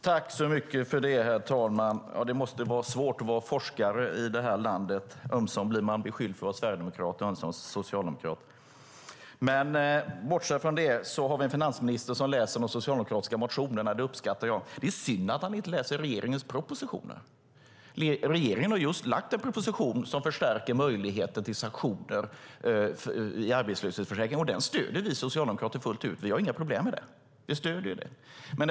Herr talman! Det måste vara svårt att vara forskare i det här landet; man blir beskylld ömsom för att vara sverigedemokrat och ömsom för att vara socialdemokrat. Bortsett från det har vi en finansminister som läser de socialdemokratiska motionerna. Det uppskattar jag. Det är synd att han inte läser regeringens propositioner. Regeringen har just lagt fram en proposition som förstärker möjligheten till sanktioner i arbetslöshetsförsäkringen, och den stöder vi socialdemokrater fullt ut. Vi har inga problem med detta. Vi stöder den.